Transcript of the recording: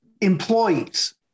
employees